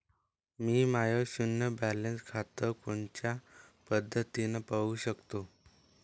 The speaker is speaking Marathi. मी माय शुन्य बॅलन्स खातं कोनच्या पद्धतीनं पाहू शकतो?